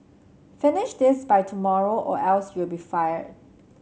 finish this by tomorrow or else you'll be fired